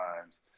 times